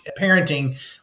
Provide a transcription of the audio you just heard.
parenting